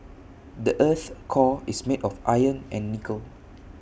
the Earth's core is made of iron and nickel